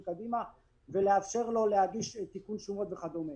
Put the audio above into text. קדימה ולאפשר לו להגיש תיקון שומות וכדומה.